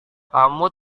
kamu